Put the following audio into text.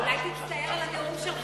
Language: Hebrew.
אולי תצטער על הנאום שלך.